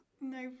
No